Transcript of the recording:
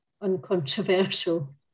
uncontroversial